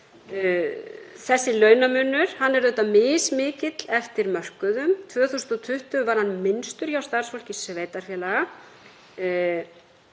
Þessi launamunur er mismikill eftir mörkuðum. Árið 2020 var hann minnstur hjá starfsfólki sveitarfélaga,